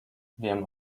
wiem